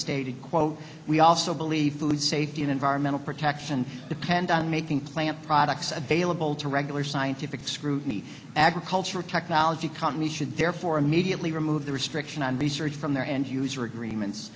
status quo we also believe that safety and environmental protection depend on making plant products available to regular scientific scrutiny agriculture technology companies should therefore immediately remove the restriction on research from there and user agreements